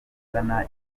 ugana